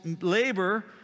labor